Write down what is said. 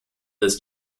this